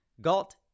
Galt